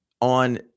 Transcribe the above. on